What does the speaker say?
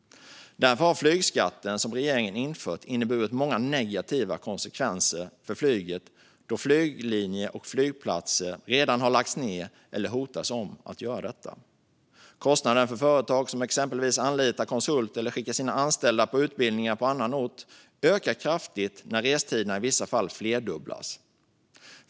Den flygskatt som regeringen har infört har inneburit många negativa konsekvenser för flyget, då flyglinjer och flygplatser redan har lagts ned eller hotas av nedläggning. Kostnaderna för företag som exempelvis anlitar konsulter eller skickar sina anställda på utbildningar på annan ort ökar kraftigt när restiderna i vissa fall flerdubblas.